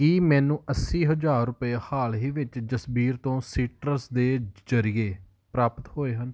ਕੀ ਮੈਨੂੰ ਅੱਸੀ ਹਜ਼ਾਰ ਰੁਪਏ ਹਾਲ ਹੀ ਵਿੱਚ ਜਸਬੀਰ ਤੋਂ ਸੀਟਰਸ ਦੇ ਜ਼ਰੀਏ ਪ੍ਰਾਪਤ ਹੋਏ ਹਨ